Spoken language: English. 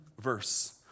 verse